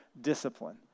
discipline